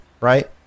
right